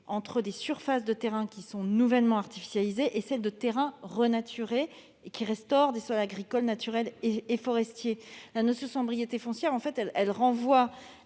entre des surfaces de terrains qui sont nouvellement artificialisés et celles de terrains renaturés et qui restaurent des sols agricoles naturels et forestiers. La sobriété foncière renvoie,